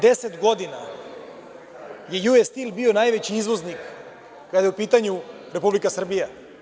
Deset godina je „Ju Es Stil“ bio najveći izvoznik kada je u pitanju Republika Srbija.